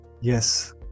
yes